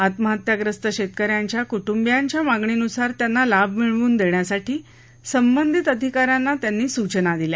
आत्महत्याप्रस्त शेतकऱ्यांच्या कुटुंबियांच्या मागणीनुसार त्यांना लाभ मिळवून देण्यासाठी संबंधित अधिकाऱ्यांना त्यांनी सूचना दिल्या